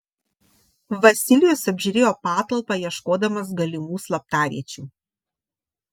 vasilijus apžiūrėjo patalpą ieškodamas galimų slaptaviečių